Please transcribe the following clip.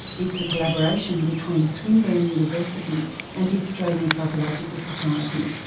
it's a collaboration between swinburne university and the australian psychological society.